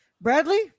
Bradley